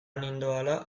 nindoala